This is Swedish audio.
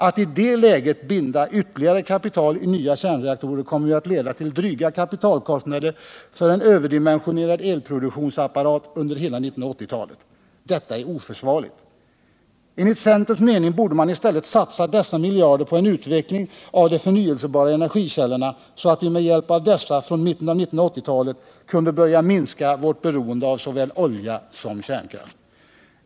Att i det läget binda ytterligare kapital i nya kärnreaktorer kommer ju att leda till dryga kapitalkostnader för en överdimensionerad elproduktionsapparat under hela 1980-talet. Detta är oförsvarligt! Enligt centerns mening borde man i stället satsa dessa miljarder på en utveckling av de förnyelsebara energikällorna, så att vi med hjälp av dessa från mitten av 1980-talet kan börja minska vårt beroende av såväl olja som kärnkraft.